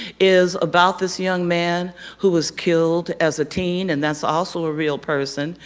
is about this young man who was killed as a teen, and that's also a real person.